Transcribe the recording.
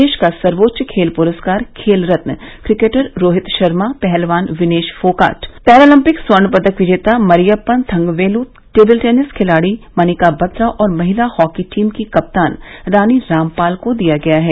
देश का सर्वोच्च खेल पुरस्कार खेल रत्न क्रिकेटर रोहित शर्मा पहलवान विनेश फोगाट पैरालपिक स्वर्ण पदक विजेता मरियप्पन थंगवेल टेबल टेनिस खिलाड़ी मनिका बत्रा और महिला हॉकी टीम की कप्तान रानी रामपाल को दिया गया है